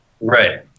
Right